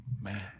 man